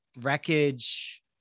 wreckage